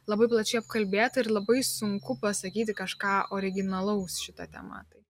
labai plačiai apkalbėta ir labai sunku pasakyti kažką originalaus šita tema tai